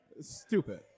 Stupid